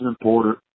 important